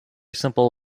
simple